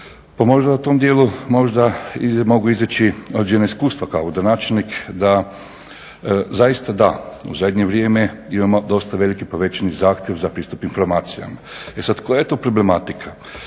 možda u tom dijelu, možda mogu izaći određena iskustva kao …/Govornik se ne razumije./… da zaista da u zadnje vrijeme imamo dosta veliki povećani zahtjev za pristup informacijama. E sad koja je tu problematika?